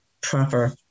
proper